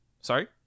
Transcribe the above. Sorry